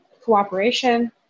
cooperation